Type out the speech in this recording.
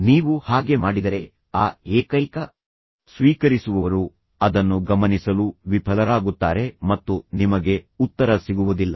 ನೀವು ಹಾಗೆ ಮಾಡಿದರೆ ಆ ಏಕೈಕ ಸ್ವೀಕರಿಸುವವರು ಅದನ್ನು ಗಮನಿಸಲು ವಿಫಲರಾಗುತ್ತಾರೆ ಮತ್ತು ನಿಮಗೆ ಉತ್ತರ ಸಿಗುವುದಿಲ್ಲ